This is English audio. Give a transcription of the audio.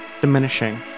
diminishing